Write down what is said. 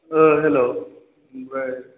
हेल' ओमफ्राय